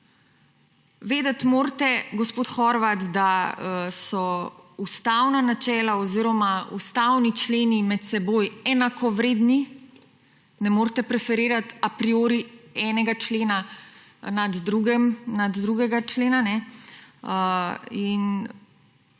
Vedeti morate, gospod Horvat, da so ustavna načela oziroma ustavni členi med seboj enakovredni, ne morete preferirati a priori enega člena pred drugim. Zdaj